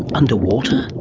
underwater?